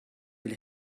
will